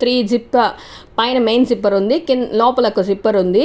three zip ఆ పైన main zipper ఉంది కింద లోపల ఒక జిప్పర్ ఉంది